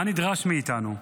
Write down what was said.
מה נדרש מאיתנו?